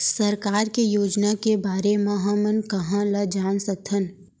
सरकार के योजना के बारे म हमन कहाँ ल जान सकथन?